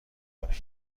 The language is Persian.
کنید